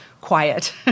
quiet